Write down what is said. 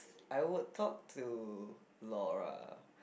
I would talk to Laura